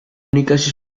komunikazio